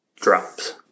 drops